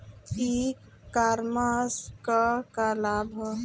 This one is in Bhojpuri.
ई कॉमर्स क का लाभ ह?